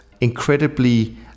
incredibly